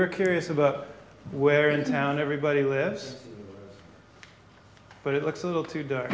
were curious about where in town everybody lives but it looks a little too dar